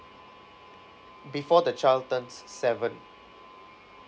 before the child turns seven